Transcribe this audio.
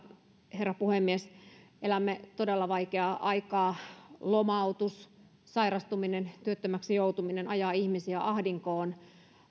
herra puhemies elämme todella vaikeaa aikaa lomautus sairastuminen työttömäksi joutuminen ajavat ihmisiä ahdinkoon